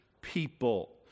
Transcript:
people